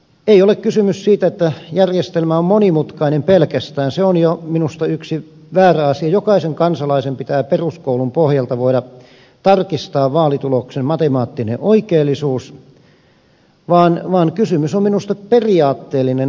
ei ole kysymys pelkästään siitä että järjestelmä on monimutkainen se on jo minusta yksi väärä asia jokaisen kansalaisen pitää peruskoulun pohjalta voida tarkistaa vaalituloksen matemaattinen oikeellisuus vaan kysymys on minusta periaatteellinen